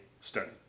study